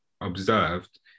observed